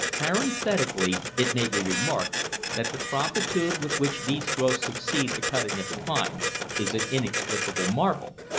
parenthetically, it may be remarked that the promptitude with which these growths succeed the cutting of the pine is an inexplicable marvel.